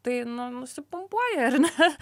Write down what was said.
tai nu nusipumpuoji ar ne